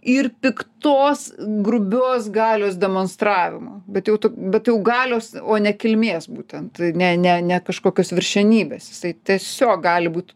ir piktos grubios galios demonstravimo bet jau tu bet jau galios o ne kilmės būtent ne ne ne kažkokios viršenybės jisai tiesiog gali būt